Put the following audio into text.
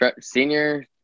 senior